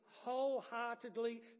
wholeheartedly